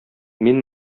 мин